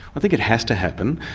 i think it has to happen.